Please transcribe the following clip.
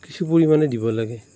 কিছু পৰিমাণে দিব লাগে